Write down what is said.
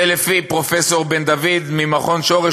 זה לפי פרופסור בן-דוד ממכון שורש,